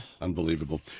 Unbelievable